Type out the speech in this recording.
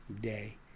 day